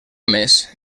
més